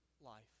life